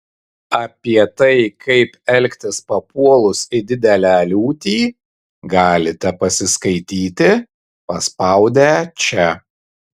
apie tai kaip elgtis papuolus į didelę liūtį galite pasiskaityti paspaudę čia